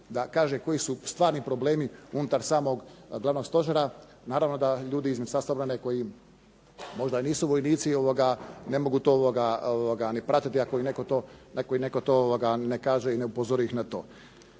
da kaže koji su stvarni problemi unutar samog Glavnog stožera. Naravno da ljudi iz Ministarstva obrane koji možda nisu vojnici ne mogu to ni pratiti ako netko i to ne kaže i ne upozori ih na to.